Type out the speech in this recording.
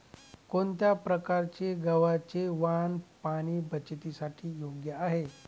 कोणत्या प्रकारचे गव्हाचे वाण पाणी बचतीसाठी योग्य आहे?